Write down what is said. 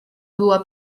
była